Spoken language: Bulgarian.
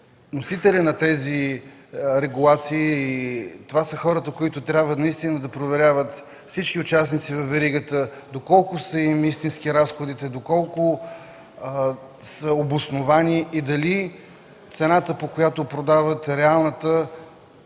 вносителят на тези регулации, това са хората, които наистина трябва да проверяват всички участници във веригата – доколко са им истински разходите, доколко са обосновани и дали цената, по която продават е реалната,